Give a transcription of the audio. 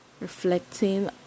reflecting